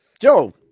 Joe